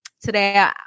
Today